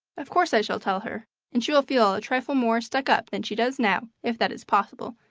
of course i shall tell her, and she will feel a trifle more stuck up than she does now, if that is possible,